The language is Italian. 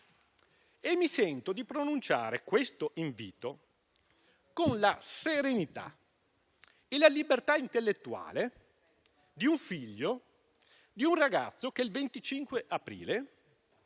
Mi sento di pronunciare questo invito con la serenità e la libertà intellettuale del figlio di un ragazzo che il 25 aprile